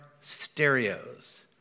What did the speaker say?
stereos